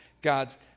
God's